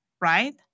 right